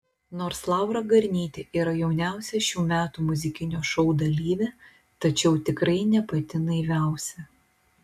nors laura garnytė yra jauniausia šių metų muzikinio šou dalyvė tačiau tikrai ne pati naiviausia